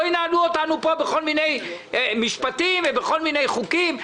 לא ינהלו אותנו פה בכל מיני משפטים ובכל מיני חוקים.